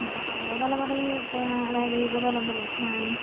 ഇപ്പോൾ പഴയ തലമുറയും അതായത് യുവ തലമുറയും